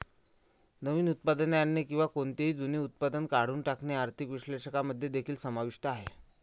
नवीन उत्पादने आणणे किंवा कोणतेही जुने उत्पादन काढून टाकणे आर्थिक विश्लेषकांमध्ये देखील समाविष्ट आहे